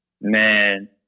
Man